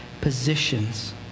positions